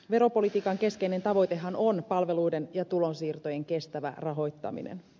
veropolitiikan keskeinen tavoitehan on palveluiden ja tulonsiirtojen kestävä rahoittaminen